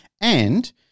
and-